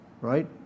right